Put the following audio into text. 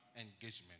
engagement